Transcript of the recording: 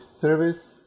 service